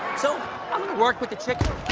so i'm gonna work with the chicken.